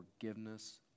forgiveness